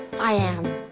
i am.